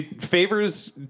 Favors